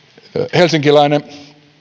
helsinkiläinen